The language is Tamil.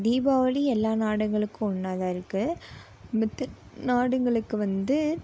தீபாவளி எல்லா நாடுகளுக்கும் ஒன்றா தான் இருக்குது மற்ற நாடுகளுங்களுக்கு வந்து